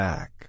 Back